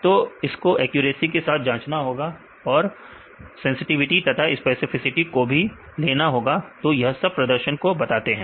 तो इसको एक्यूरेसी के साथ जांचना होगा और सेंसटिविटी तथा स्पेसिफिसिटी को भी लेना होगा तो यह सब प्रदर्शन को बताते हैं